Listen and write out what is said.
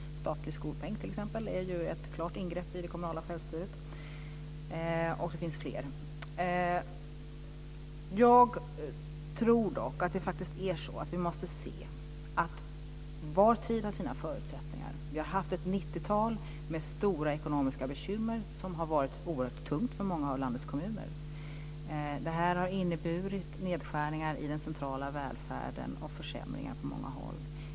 Statlig skolpeng t.ex. är ett klart ingrepp i det kommunala självstyret. Det finns fler exempel. Jag tror dock att det faktiskt är så att vi måste se att var tid har sina förutsättningar. Vi har haft ett 90 tal med stora ekonomiska bekymmer som har varit oerhört tungt för många av landets kommuner. Det har inneburit nedskärningar i den centrala välfärden och försämringar på många håll.